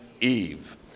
Eve